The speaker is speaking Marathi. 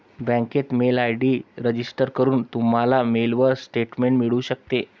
बँकेत मेल आय.डी रजिस्टर करून, तुम्हाला मेलवर स्टेटमेंट मिळू शकते